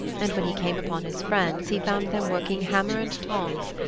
and when he came upon his friends he found them working hammer and tongs,